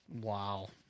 Wow